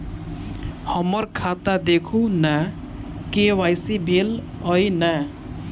हम्मर खाता देखू नै के.वाई.सी भेल अई नै?